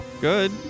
good